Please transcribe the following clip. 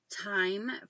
time